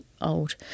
old